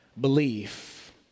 Belief